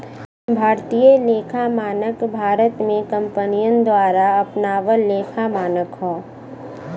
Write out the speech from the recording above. भारतीय लेखा मानक भारत में कंपनियन द्वारा अपनावल लेखा मानक हौ